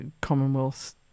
Commonwealth